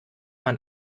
man